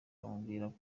bamubwiraga